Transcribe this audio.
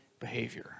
behavior